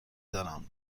دارم